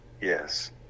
Yes